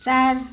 चार